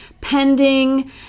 pending